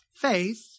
faith